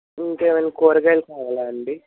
ఇంకేమైనా కూరగాయలు కావాలా అండి